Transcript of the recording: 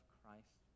Christ